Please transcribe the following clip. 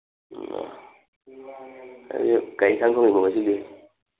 ꯎꯝ ꯉꯁꯤꯗꯤ